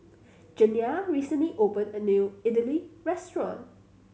Janiah recently open a new Idili restaurant